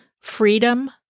Freedom